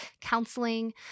counseling